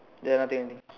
ya nothing nothing